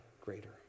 greater